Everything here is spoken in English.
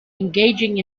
engaging